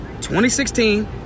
2016